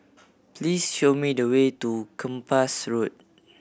please show me the way to Kempas Road